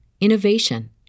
innovation